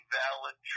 valid